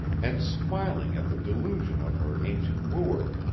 and smiling at the delusion of her ancient wooer.